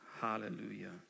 Hallelujah